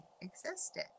existed